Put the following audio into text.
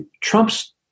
Trump's